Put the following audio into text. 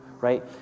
right